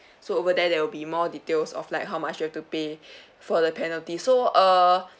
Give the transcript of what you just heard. so over there there will be more details of like how much you have to pay for the penalty so uh